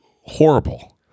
horrible